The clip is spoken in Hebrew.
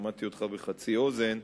שמעתי אותך בחצי אוזן,